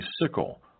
sickle